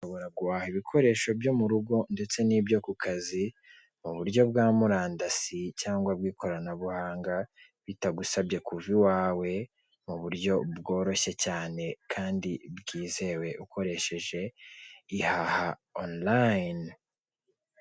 Ushobora guhaha ibikoresho byo mu rugo ndetse n'ibyo ku kazi, mu buryo bwa murandasi cyangwa bw'ikoranabuhanga, bitagusabye kuva iwawe, mu buryo bworoshye cyane kandi bwizewe, ukoresheje ihaha onilayini.